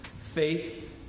faith